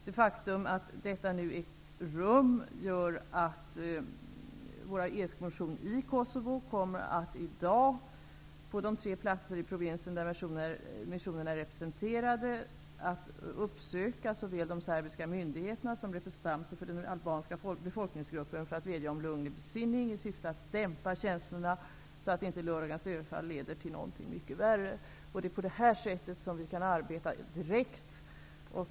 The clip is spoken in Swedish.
Det faktum att detta nu har ägt rum gör att våra ESK observatörer i Kosovo i dag på de tre platser i provinsen där missionerna är representerade kommer att uppsöka såväl de serbiska myndigheterna som representanter för den albanska befolkningsgruppen för att vädja om lugn och besinning, i syfte att dämpa känslorna så att inte lördagens överfall leder till någonting mycket värre. Det är på det här sättet som vi kan arbeta direkt.